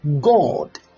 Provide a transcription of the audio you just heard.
God